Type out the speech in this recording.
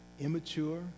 immature